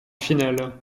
finales